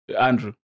Andrew